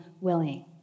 willing